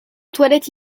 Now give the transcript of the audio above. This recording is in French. toilette